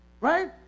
right